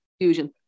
Fusion